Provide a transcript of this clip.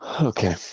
Okay